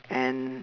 and